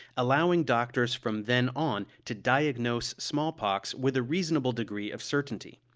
allowing doctors from then on to diagnose smallpox with a reasonable degree of certainty.